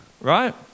Right